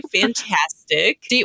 fantastic